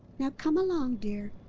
now come along, dear!